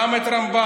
גם את הרמב"ם,